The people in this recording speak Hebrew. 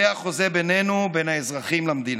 זה החוזה בינינו, בין האזרחים למדינה.